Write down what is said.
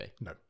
No